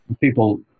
people